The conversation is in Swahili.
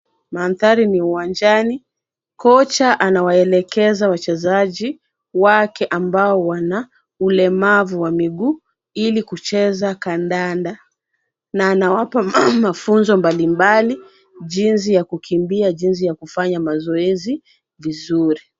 Mandhari ni uwanjani. Kocha anawaelekeza wachezaji wake ambao wana ulemavu wa miguu ili kucheza kandanda na anawapa mafunzo mbalimbali jinsi ya kukimbia, jinsi ya kufanya mazoezi vizuri.